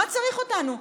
מה צריך אותנו?